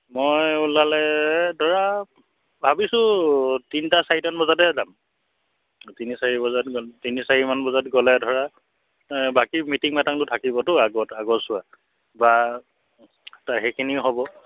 মই ওলালে ধৰা ভাবিছোঁ তিনিটা চাৰিটামান বজাতে যাম তিনি চাৰি বজাত গ' তিনি চাৰিমান বজাত গ'লে ধৰা বাকী মিটিং মাটাংবোৰ থাকিবতো আগত আগৰছোৱা বা ত সেইখিনি হ'ব